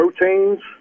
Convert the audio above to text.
proteins